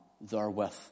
therewith